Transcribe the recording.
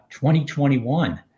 2021